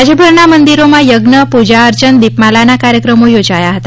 રાજ્યભરના મંદિરોમાં યજ્ઞ પૂજા અર્ચન દીપમાલાના કાર્યક્રમો યોજાયા હતા